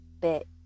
bit